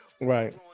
Right